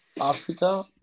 Africa